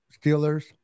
Steelers